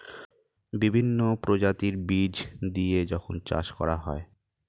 বিভিন্ন প্রজাতির বীজ দিয়ে যখন চাষ করা হয়